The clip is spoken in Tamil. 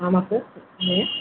ஆமாம் சார் சொல்லுங்கள்